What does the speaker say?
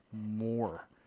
more